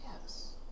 Yes